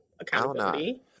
accountability